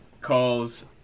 calls